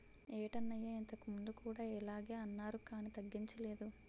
ఏటన్నయ్యా ఇంతకుముందు కూడా ఇలగే అన్నారు కానీ తగ్గించలేదు